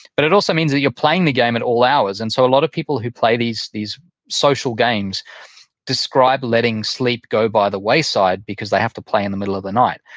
but it also means that you're playing the game at all hours. and so a lot of people who play these these social games describe letting sleep go by the wayside because they have to play in the middle of the night.